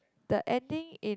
the ending in